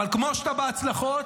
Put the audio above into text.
אבל כמו שאתה בהצלחות,